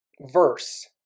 verse